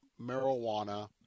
marijuana